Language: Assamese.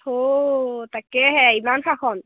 অ' তাকেহে ইমান শাসন